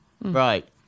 Right